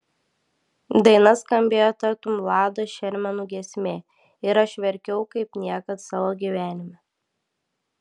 daina skambėjo tartum vlado šermenų giesmė ir aš verkiau kaip niekad savo gyvenime